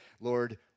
Lord